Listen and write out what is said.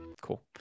Cool